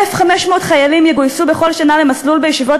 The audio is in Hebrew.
1,500 חיילים יגויסו בכל שנה למסלול ישיבות